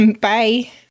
Bye